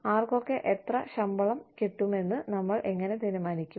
ആർക്കൊക്കെ എത്ര ശമ്പളം കിട്ടുമെന്ന് നമ്മൾ എങ്ങനെ തീരുമാനിക്കും